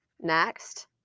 next